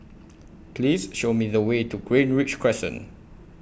Please Show Me The Way to Greenridge Crescent